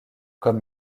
comme